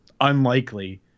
unlikely